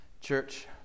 Church